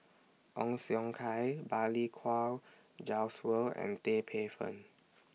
Ong Siong Kai Balli Kaur Jaswal and Tan Paey Fern